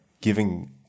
giving